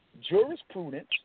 Jurisprudence